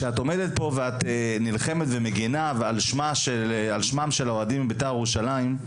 כשאת עומדת פה ונלחמת ומגנה על שמם של האוהדים של בית"ר ירושלים,